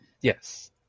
Yes